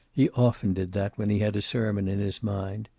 he often did that when he had a sermon in his mind.